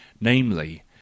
namely